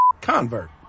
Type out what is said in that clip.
convert